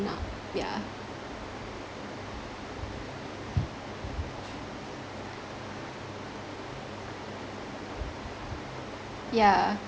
up yeah yeah